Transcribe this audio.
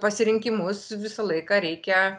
pasirinkimus visą laiką reikia